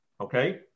okay